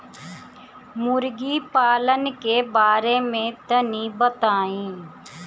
मुर्गी पालन के बारे में तनी बताई?